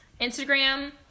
Instagram